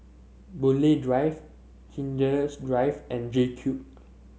Boon Lay Drive Drive and JCube